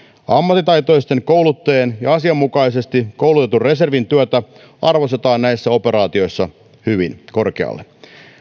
ammattitaitoisten kouluttajien ja asianmukaisesti koulutetun reservin työtä arvostetaan näissä operaatioissa hyvin korkealle